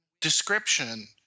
description